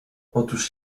otóż